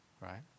right